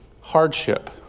hardship